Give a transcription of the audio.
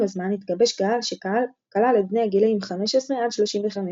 עם הזמן התגבש קהל שכלל את בני הגילאים 15 עד 35,